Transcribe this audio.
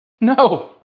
No